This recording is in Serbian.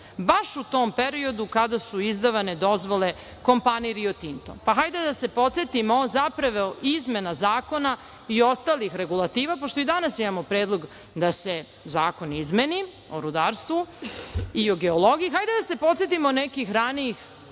Baš u tom periodu kada su izdavane dozvole kompaniji Rio Tinto, pa hajde da se podsetimo zapravo izmena zakona i ostalih regulativa, pošto i danas imamo predlog da se Zakon o rudarstvu izmeni i geologiji izmeni, hajde da se podsetimo nekih ranijih